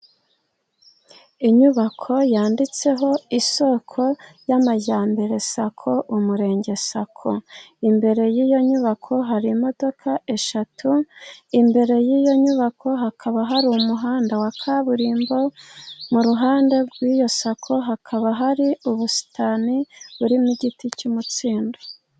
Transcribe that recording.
Inyubako yanditseho isoko y'amajyambere saco umurenge saco. Imbere y'iyo nyubako hari imodoka eshatu, imbere y'iyo nyubako hakaba hari umuhanda wa kaburimbo. Mu ruhande rw'iyo saco hakaba hari ubusitani burimo igiti cy'umutsindo.